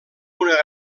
una